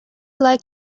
like